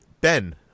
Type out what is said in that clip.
Ben